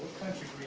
country